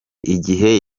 igihe